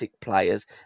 players